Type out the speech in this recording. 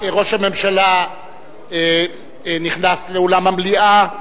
ראש הממשלה נכנס לאולם המליאה,